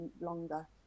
longer